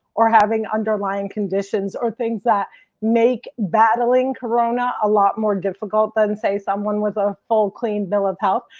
or having underlying conditions or things that make battling corona a lot more difficult than say someone with a full, clean bill of health.